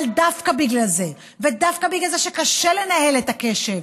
אבל דווקא בגלל זה ודווקא בגלל זה שקשה לנהל את הקשב,